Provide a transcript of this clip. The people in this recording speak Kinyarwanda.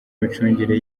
imicungire